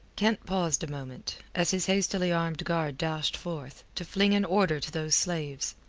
kent paused a moment, as his hastily armed guard dashed forth, to fling an order to those slaves.